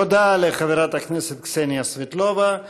תודה לחברת הכנסת קסניה סבטלובה.